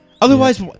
Otherwise